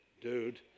Dude